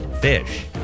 Fish